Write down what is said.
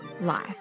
life